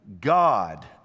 God